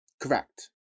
Correct